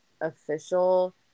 official